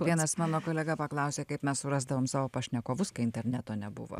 vienas mano kolega paklausė kaip mes surasdavom savo pašnekovus kai interneto nebuvo